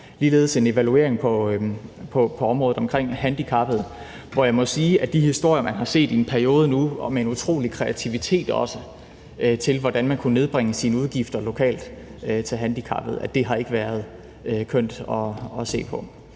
ligeledes en evaluering på området omkring handicappede, og jeg må sige, at de historier, man har set i en periode nu, med en også utrolig kreativitet, i forhold til hvordan man kunne nedbringe sine udgifter til handicappede lokalt, har ikke været kønne at se på.